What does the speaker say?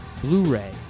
Blu-ray